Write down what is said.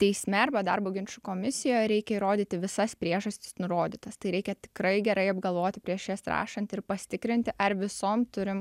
teisme arba darbo ginčų komisijoj reikia įrodyti visas priežastis nurodytas tai reikia tikrai gerai apgalvoti prieš jas rašant ir pasitikrinti ar visom turim